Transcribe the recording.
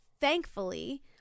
thankfully